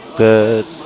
Good